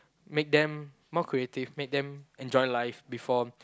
make them more creative make them enjoy life before